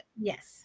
Yes